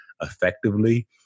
effectively